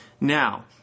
Now